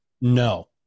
no